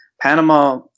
Panama